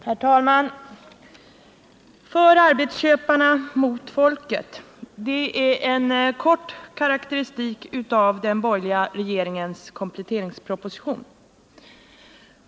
Herr talman! För arbetsköparna mot folket — det är en kort karakteristik av den borgerliga regeringens kompletteringsproposition.